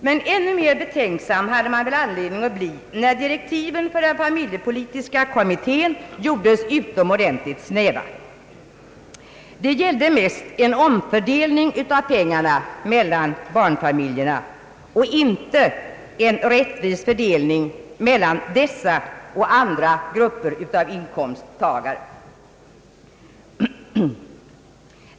Men ännu mera betänksam hade man väl anledning att bli, när direktiven för den familjepolitiska kommittén gjordes utomordentligt snäva. Det gällde mest en omfördelning av pengarna mellan barnfamiljerna och inte en rättvis fördelning mellan dessa och andra grupper av inkomsttagare.